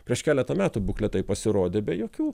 prieš keletą metų bukletai pasirodė be jokių